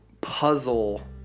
puzzle